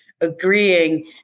agreeing